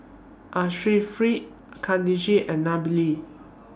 Khadija and Nabil